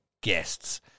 guests